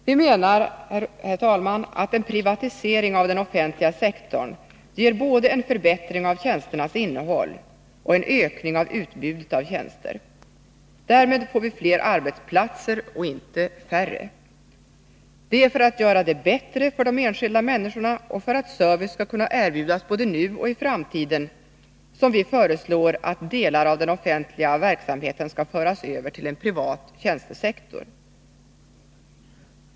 Vi menar, herr talman, att en privatisering av den offentliga sektorn ger både en förbättring av tjänsternas innehåll och en ökning av utbudet av tjänster. Därmed får vi fler arbetsplatser — inte färre. Det är för att göra det bättre för de enskilda människorna och för att service skall kunna erbjudas både nu och i framtiden som vi föreslår att delar av den offentliga verksamheten skall föras över till en privat tjänstesektor.